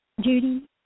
Judy